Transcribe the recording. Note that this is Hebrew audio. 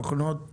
תוכנות קידמתם?